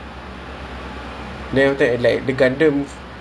oh it gives me anime vibes somewhat